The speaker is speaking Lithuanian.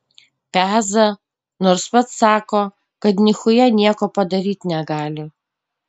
peza nors pats sako kad nichuja nieko padaryt negali